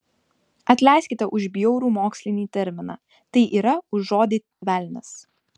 atleiskite už bjaurų mokslinį terminą tai yra už žodį velnias